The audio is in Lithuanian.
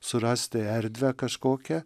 surasti erdvę kažkokią